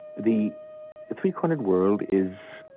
the three-cornered world is,